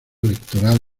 electoral